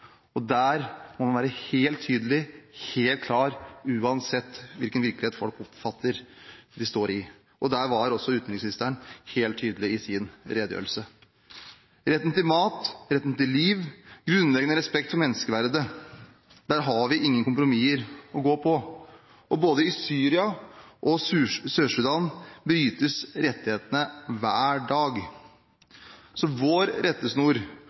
Der må man være helt tydelig, helt klar, uansett hvilken virkelighet folk oppfatter at de står i, og der var utenriksministeren helt tydelig i sin redegjørelse. Retten til mat, retten til liv, grunnleggende respekt for menneskeverdet – der har vi ingen kompromisser å gå på. Både i Syria og i Sør-Sudan brytes rettighetene hver dag, så vår rettesnor